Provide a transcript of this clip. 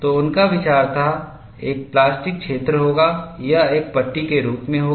तो उनका विचार था एक प्लास्टिक क्षेत्र होगा यह एक पट्टी के रूप में होगा